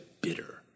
bitter